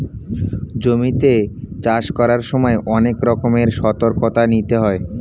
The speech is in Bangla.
জমিতে চাষ করার সময় অনেক রকমের সতর্কতা নিতে হয়